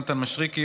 יונתן מישרקי,